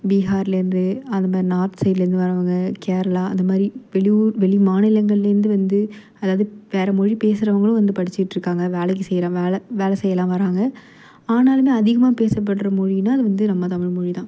பீஹார்லருந்து அது மாதிரி நார்த் சைட்லருந்து வறவங்க கேரளா அந்த மாதிரி வெளி ஊர் வெளி மாநிலங்கள்லந்து வந்து அதாவது வேறு மொழி பேசுகிறவங்களும் வந்து படிச்சிட்டுருக்காங்க வேலைக்கு செய்யற சில வேலை செய்யலாம் வராங்க ஆனாலுமே அதிகமாக பேசப்படுற மொழின்னா அது வந்து அநம்ம தமிழ் மொழி தான்